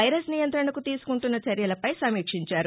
వెరస్ నియంత్రణకు తీసుకుంటున్న చర్యలపై సమీక్షించారు